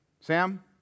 Sam